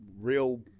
real